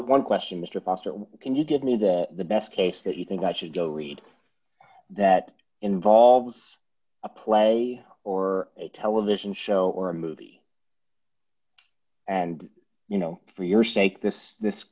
one question mister foster can you give me the best case that you think i should go read that involves a play or a television show or a movie and you know for your sake this this